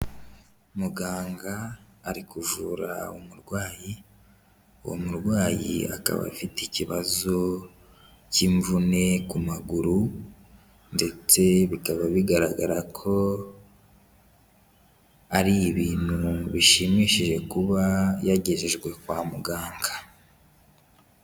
Muganga ari kuvura umurwayi, uwo murwayi akaba afite ikibazo cy'imvune ku maguru ndetse bikaba bigaragara ko ari ibintu bishimishije kuba yagejejwe kwa muganga.